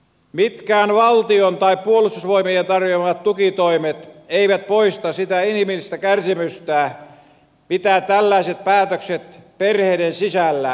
mitkään valtion tai puolustusvoimien tarjoamat tukitoimet eivät poista sitä inhimillistä kärsimystä mitä tällaiset päätökset perheiden sisällä synnyttävät